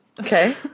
Okay